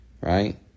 right